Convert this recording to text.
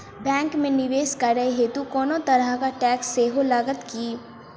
Bank मे निवेश करै हेतु कोनो तरहक टैक्स सेहो लागत की?